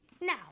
Now